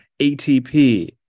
ATP